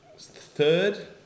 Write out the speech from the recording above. third